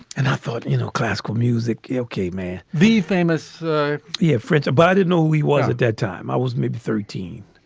and i thought, you know, classical music. yeah okay, man. the famous yeah fritz abidin. no, he was a dead time. i was maybe thirteen.